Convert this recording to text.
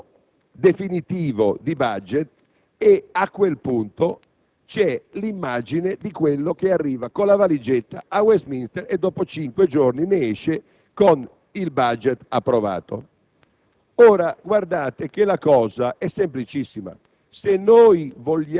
torna a riunirsi, approva un disegno definivo di *budget* e, a quel punto, ecco l'immagine del Ministro che arriva con la valigetta a Westminster e dopo cinque giorni ne esce con il *budget* approvato.